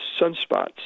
sunspots